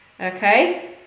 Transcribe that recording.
Okay